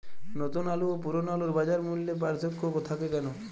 নতুন আলু ও পুরনো আলুর বাজার মূল্যে পার্থক্য থাকে কেন?